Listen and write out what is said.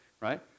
right